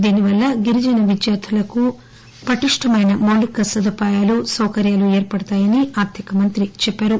దీని వల్ల గిరిజన విద్యార్థులకు పటిష్ణమైన మౌలిక సదుపాయాలు సౌకర్యాలు ఏర్పడుతాయని ఆర్థిక మంత్రి చెప్పారు